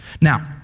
Now